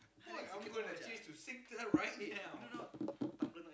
what are we going to change it to sing turn right now